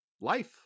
life